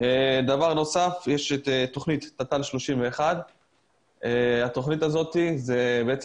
יש את תכנית תמ"א 31. התכנית הזאת היא בעצם